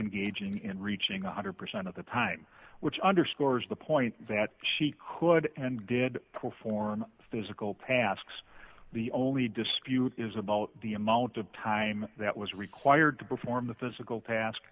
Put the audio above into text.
engaging in reaching one hundred percent of the time which underscores the point that she could and did perform physical tasks the only dispute is about the amount of time that was required to perform the physical task